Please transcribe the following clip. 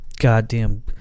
goddamn